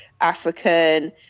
african